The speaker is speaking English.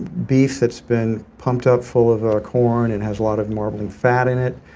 beef that's been pumped up full of ah corn and has a lot of marbling fat in it.